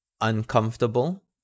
uncomfortable